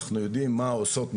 אנחנו יודעים מה עושות מדליות,